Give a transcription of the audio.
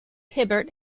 hibbert